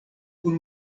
kun